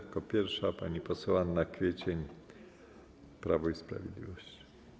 Jako pierwsza pani poseł Anna Kwiecień, Prawo i Sprawiedliwość.